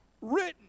written